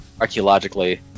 archaeologically